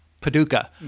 Paducah